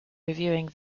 reviewing